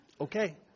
Okay